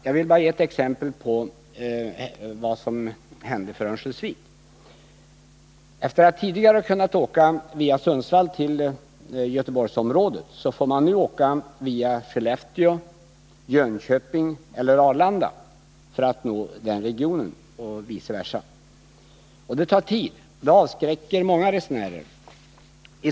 Jag vill bara ge ett exempel på vad som hände för Örnsköldsviks del. Efter att tidigare ha kunnat åka via Sundsvall till Göteborgsområdet får man nu åka via Skellefteå, Jönköping eller Arlanda för att nå den regionen och vice versa. Det tar tid — det avskräcker många resenärer.